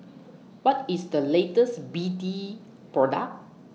What IS The latest B D Product